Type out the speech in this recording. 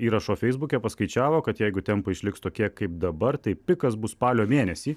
įrašo feisbuke paskaičiavo kad jeigu tempai išliks tokie kaip dabar tai pikas bus spalio mėnesį